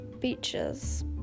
beaches